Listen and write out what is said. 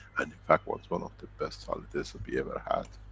and, in fact, was one of the best holidays that we ever had!